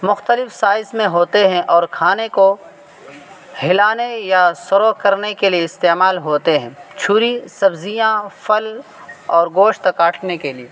مختلف سائز میں ہوتے ہیں اور کھانے کو ہلانے یا سرو کرنے کے لیے استعمال ہوتے ہیں چھری سبزیاں پھل اور گوشت کاٹنے کے لیے